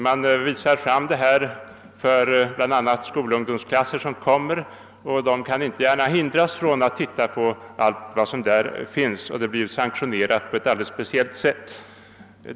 Man visar detta material för bl.a. skolungdomsklasser som kommer till utställningarna — skolungdomarna kan inte gärna hindras från att se på allt som där finns, och det blir sanktionerat på ett alldeles speciellt sätt.